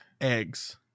eggs